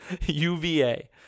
UVA